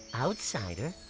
outsider?